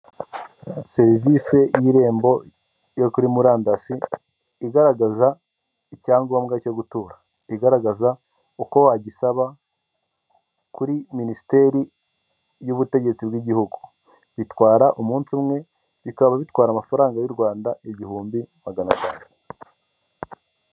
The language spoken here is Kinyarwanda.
Serivisi y’irembo yo kuri murandasi igaragaza icyangombwa cyo gutura, igaragaza uko wagisaba kuri Minisiteri y’Ubutegetsi bw’Igihugu, bitwara umunsi umwe, bikaba bitwara amafaranga y’u Rwanda igihumbi magana atanu.